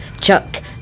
Chuck